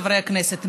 חברי הכנסת,